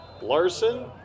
Larson